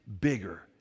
bigger